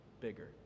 bigger